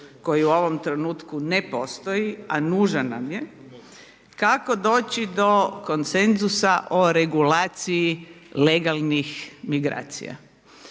koji u ovom trenutku ne postoji a nužan nam je, kako doći do konsenzusa o regulaciji legalnih migracija.